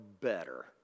better